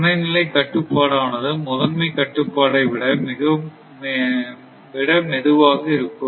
துணைநிலை கட்டுப்பாடு ஆனது முதன்மை கட்டுப்பாட்டு விட மெதுவாக இருக்கும்